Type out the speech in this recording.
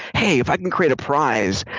hey, if i can create a prize,